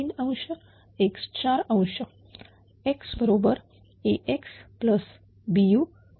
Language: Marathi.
X बरोबर AxBu IP